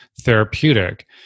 therapeutic